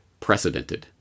precedented